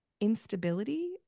instability